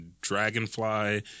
dragonfly